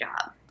job